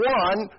one